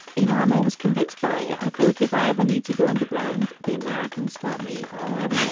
you know, i'm always convinced by it. i feel like if i ever need to go underground, the americans taught me all i have i'm